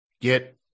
get